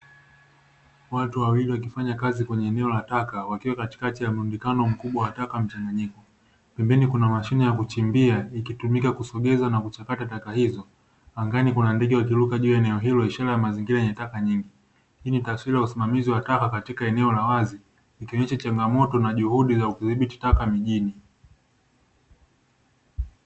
Watu wawili wakifanya kazi kwenye eneo la taka wakiwa katikati ya murundikano mkubwa wataka mchanganyiko, pembeni kuna mashine ya kuchimbia ikitumika kusogeza na kuchakata taka hizo, angani kuna ndege wakiruka juu ya eneo hilo ishara ya mazingira yenye taka nyingi hii ni taswira ya usimamizi wa taka katika eneo la wazi ikionyesha changamoto na juhudi za kudhibiti taka mijini.